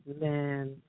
man